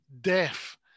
deaf